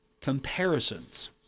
comparisons